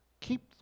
keep